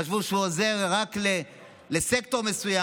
חשבו שהוא עוזר רק לסקטור מסוים,